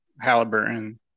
Halliburton